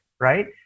right